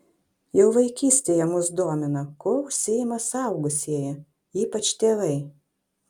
jau vaikystėje mus domina kuo užsiima suaugusieji ypač tėvai